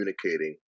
communicating